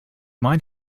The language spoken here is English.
mind